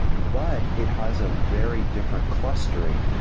but it has a very different clustering.